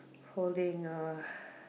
holding a